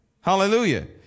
Hallelujah